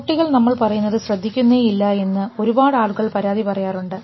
കുട്ടികൾ നമ്മൾ പറയുന്നത് ശ്രദ്ധിക്കുന്നേയില്ല എന്ന് ഒരുപാട് ആളുകൾ പരാതി പറയാറുണ്ട്